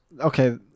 okay